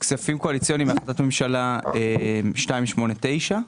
כספים קואליציוניים החלטת ממשלה מס' 289,